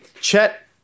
Chet